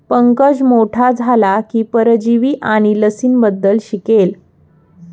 पंकज मोठा झाला की परजीवी आणि लसींबद्दल शिकेल